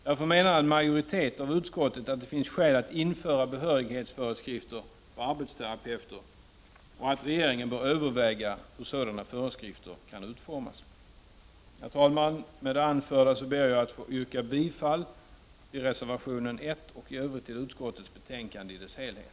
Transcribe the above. Därför menar en majoritet av utskottet att det finns skäl att införa behörighetsföreskrifter för arbetsterapeuter och att regeringen bör överväga hur sådana föreskrifter skall kunna utformas. Herr talman! Med det anförda ber jag att få yrka bifall till reservation 1 och i övrigt till utskottets hemställan i betänkandet i dess helhet.